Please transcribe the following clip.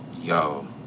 yo